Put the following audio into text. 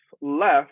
left